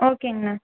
ஓகேங்ண்ண